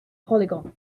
polygon